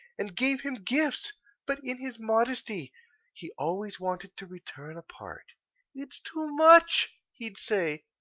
and gave him gifts but in his modesty he always wanted to return a part. it is too much, he'd say,